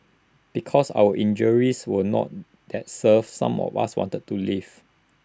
because our injuries were not that severe some of us wanted to leave